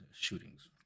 shootings